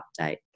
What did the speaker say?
update